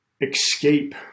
escape